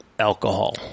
alcohol